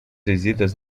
visitas